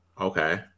Okay